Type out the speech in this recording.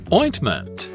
ointment